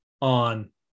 on